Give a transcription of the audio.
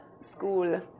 School